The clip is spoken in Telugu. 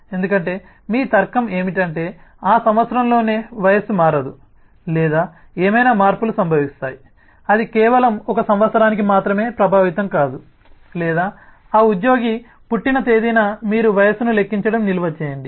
ఎందుకంటే మీ తర్కం ఏమిటంటే ఆ సంవత్సరంలోనే వయస్సు మారదు లేదా ఏమైనా మార్పులు సంభవిస్తాయి అది కేవలం ఒక సంవత్సరానికి మాత్రమే ప్రభావితం కాదు లేదా ఆ ఉద్యోగి పుట్టిన తేదీన మీరు వయస్సును లెక్కించి నిల్వ చేయండి